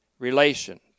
relation